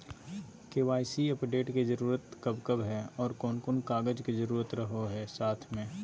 KYC update के जरूरत कब कब है और कौन कौन कागज के जरूरत रहो है साथ में?